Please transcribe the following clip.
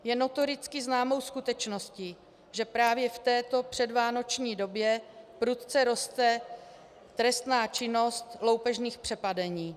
Je notoricky známou skutečností, že právě v této předvánoční době prudce roste trestná činnost loupežných přepadení.